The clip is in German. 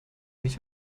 nicht